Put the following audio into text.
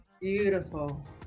beautiful